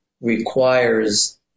requires